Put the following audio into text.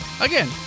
Again